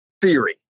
theory